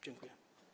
Dziękuję.